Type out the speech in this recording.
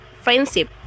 friendship